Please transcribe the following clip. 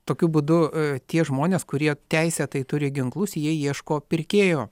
tokiu būdu tie žmonės kurie teisėtai turi ginklus jie ieško pirkėjų